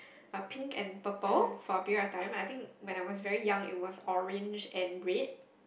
a pink and purple for a period of time I think when I was very young it was orange and red